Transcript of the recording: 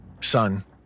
Son